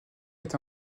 est